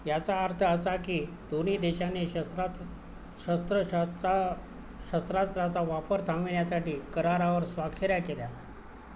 याचा अर्थ असा की दोन्ही देशांनी शस्त्रात शस्त्रशस् शस्त्रास्त्राचा वापर थांबवण्यासाठी करारांवर स्वाक्षऱ्या केल्या